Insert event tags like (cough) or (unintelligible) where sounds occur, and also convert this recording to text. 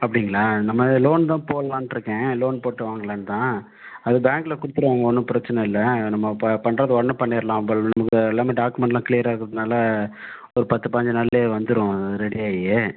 அப்படிங்களா நம்ம லோன் தான் போடலாம்ட்டு இருக்கேன் லோன் போட்டு வாங்கலான்னு தான் அது பேங்க்கில் குடுத்துருவாங்க ஒன்னும் பிரச்சனை இல்லை நம்ம ப பண்ணுறது உடனே பண்ணிரலாம் (unintelligible) எல்லாமே டாக்குமெண்ட்லாம் க்ளீயராக இருக்கிறதுனால ஒரு பத்து பதினஞ்சு நாள்ல வந்துரும் ரெடியாயி